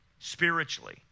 spiritually